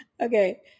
Okay